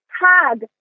hug